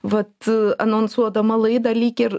vat anonsuodama laidą lyg ir